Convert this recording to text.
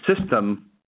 system